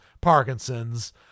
Parkinson's